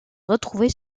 trouvées